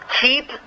Keep